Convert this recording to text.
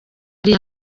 ariyo